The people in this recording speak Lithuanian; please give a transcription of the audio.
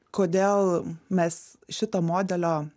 kodėl mes šito modelio